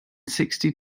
sixty